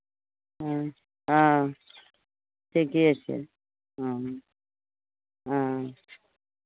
ह्म्म हँ ठीके छै हँ हँ